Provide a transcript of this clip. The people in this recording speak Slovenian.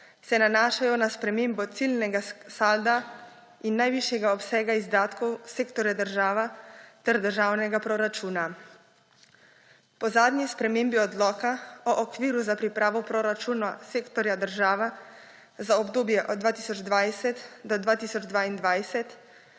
se nanašajo na spremembo ciljnega salda in najvišjega obsega izdatkov sektorja država ter državnega proračuna. Po zadnji spremembi Odloka o okviru za pripravo proračunov sektorja država za obdobje od 2020 do 2022